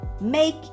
make